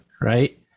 right